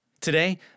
Today